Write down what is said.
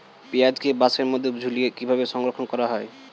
পেঁয়াজকে বাসের মধ্যে ঝুলিয়ে কিভাবে সংরক্ষণ করা হয়?